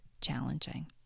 challenging